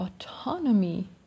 autonomy